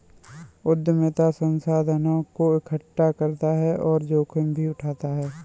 उद्यमिता संसाधनों को एकठ्ठा करता और जोखिम भी उठाता है